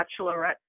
bachelorette